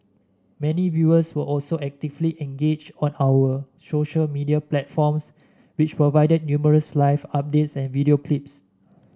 many viewers were also actively engaged on our social media platforms which provided numerous live updates and video clips